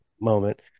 moment